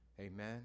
Amen